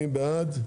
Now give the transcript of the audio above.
מי בעד?